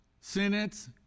sentence